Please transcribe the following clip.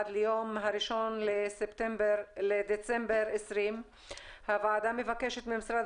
עד ליום ה-1 בדצמבר 2020. הוועדה מבקשת ממשרד